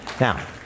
Now